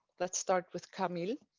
let's start with camille